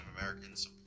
Americans